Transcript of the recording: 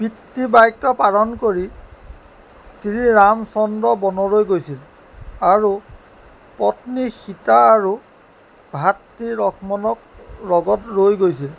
পিতৃ বাক্য পালন কৰি শ্ৰী ৰামচন্দ্ৰ বনলৈ গৈছিল আৰু পত্নী সীতা আৰু ভাতৃ লক্ষ্মণক লগত লৈ গৈছিল